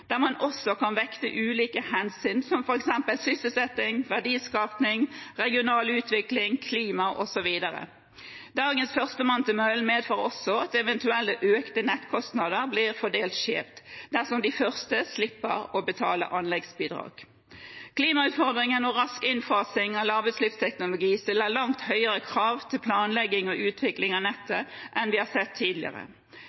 der man også kan vekte ulike hensyn, som f.eks. sysselsetting, verdiskaping, regional utvikling, klima, osv. Dagens førstemann til mølla medfører også at eventuelle økte nettkostnader blir fordelt skjevt dersom de første slipper å betale anleggsbidrag. Klimautfordringene og rask innfasing av lavutslippsteknologi stiller langt høyere krav til planlegging og utvikling av nettet